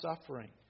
suffering